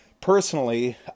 personally